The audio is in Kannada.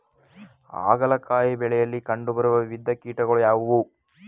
ಹಾಗಲಕಾಯಿ ಬೆಳೆಯಲ್ಲಿ ಕಂಡು ಬರುವ ವಿವಿಧ ಕೀಟಗಳು ಯಾವುವು?